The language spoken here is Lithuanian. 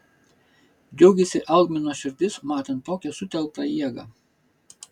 džiaugiasi algmino širdis matant tokią sutelktą jėgą